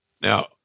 Now